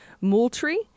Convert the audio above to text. Moultrie